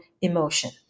emotion